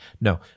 No